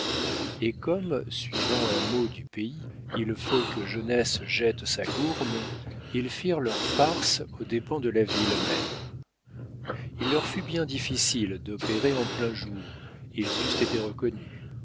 et comme suivant un mot du pays il faut que jeunesse jette sa gourme ils firent leurs farces aux dépens de la ville même il leur fut bien difficile d'opérer en plein jour ils eussent été reconnus